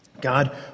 God